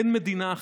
אין מדינה אחרת.